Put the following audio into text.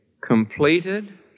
completed